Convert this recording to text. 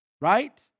right